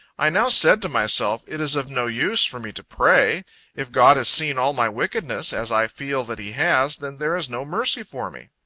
i now said to myself, it is of no use for me to pray if god has seen all my wickedness, as i feel that he has, then there is no mercy for me.